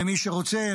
ומי שרוצה,